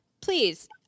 please